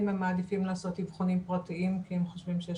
האם הם מעדיפים לעשות אבחונים פרטיים כי הם חושבים שיש